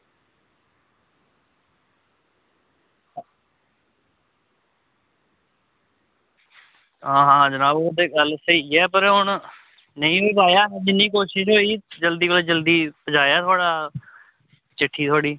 आं आं जनाब ओह् गल्ल ते स्हेई ऐ पर नेईं होई पाया जिन्नी कोशिश होई जल्दी कोला जल्दी पुजाया थुआढ़ा चिट्ठी थुआढ़ी